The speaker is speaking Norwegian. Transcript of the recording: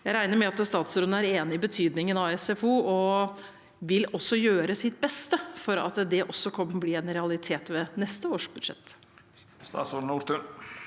Jeg regner med at statsråden er enig i betydningen av SFO og også vil gjøre sitt beste for at det kan bli en realitet ved neste års budsjett.